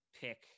pick